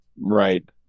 Right